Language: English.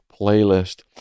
playlist